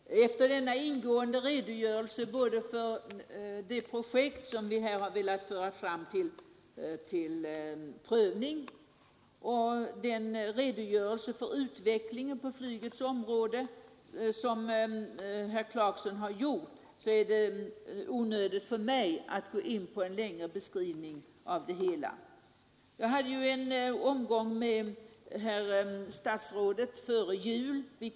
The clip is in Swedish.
Fru talman! Efter den ingående redogörelse som herr Clarkson lämnat både för det projekt som vi vill föra fram till prövning och för utvecklingen på flygets område är det onödigt för mig att gå in på någon längre beskrivning. Jag hade en omgång med herr statsrådet före jul i den här frågan.